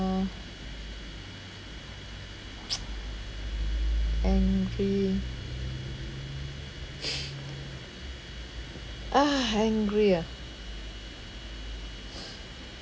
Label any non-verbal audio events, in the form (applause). (noise) angry (noise) ah angry ah (noise)